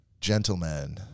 Gentlemen